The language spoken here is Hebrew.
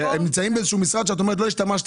הם נמצאים באיזשהו משרד שאת אומרת שלא השתמשת